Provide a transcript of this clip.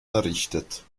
errichtet